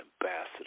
ambassador